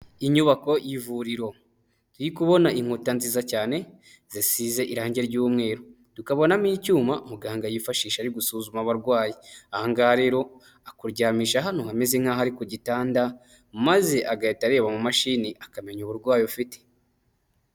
Inyubako y'ivuriro, turi kubona inkuta nziza cyane zisize irange ry'umweru, tukabonamo icyuma muganga yifashisha ari gusuzuma abarwayi. Ahangaga rero akuryamisha hano hameze nk'aho ari ku gitanda, maze agahita areba mu mashini akamenya uburwayi ufite.